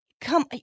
come